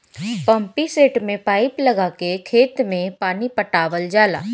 pumpset में pipe लगा के खेत में पानी पटावल जाला